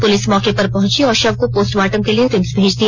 police मौके पर पहुंची और शव को पोस्टमार्टम के लिए रिम्स भेज दिया